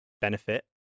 benefit